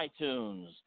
iTunes